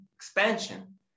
expansion